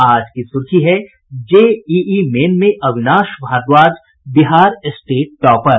आज की सुर्खी है जेईई मेन में अविनाश भारद्वाज बिहार स्टेट टॉपर